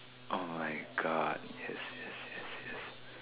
oh my-God yes yes yes yes